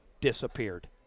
disappeared